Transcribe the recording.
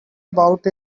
about